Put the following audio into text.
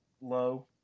low